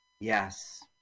Yes